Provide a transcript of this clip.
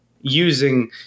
using